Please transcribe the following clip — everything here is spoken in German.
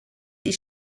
die